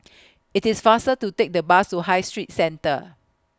IT IS faster to Take The Bus to High Street Centre